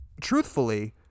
truthfully